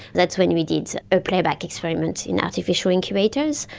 that's when we did so a playback experiment in artificial incubators.